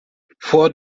vor